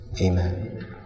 Amen